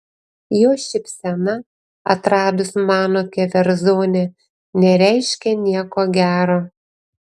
jo šypsena atradus mano keverzonę nereiškė nieko gero